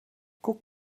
guck